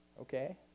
Okay